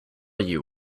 you